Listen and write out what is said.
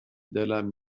دلم